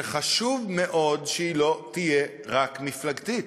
שחשוב מאוד שהיא לא תהיה רק מפלגתית.